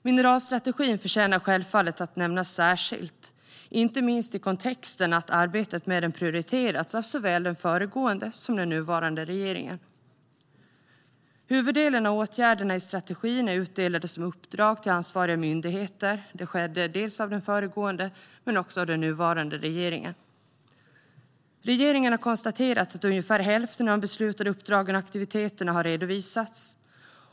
Mineralstrategin förtjänar självfallet att nämnas särskilt, inte minst eftersom arbetet med den har prioriterats av såväl den föregående som den nuvarande regeringen. Huvuddelen av åtgärderna i strategin är utdelade som uppdrag till ansvariga myndigheter. Det gjordes av den föregående regeringen men har också gjorts av den nuvarande regeringen. Regeringen har konstaterat att ungefär hälften av de beslutade uppdragen och aktiviteterna har redovisats.